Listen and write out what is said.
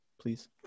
please